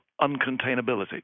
uncontainability